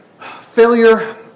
Failure